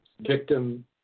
victim